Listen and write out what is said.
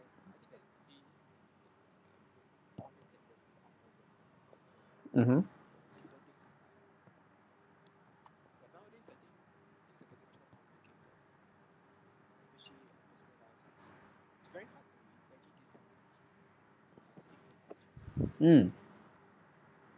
mmhmm mm